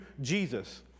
Jesus